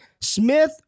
Smith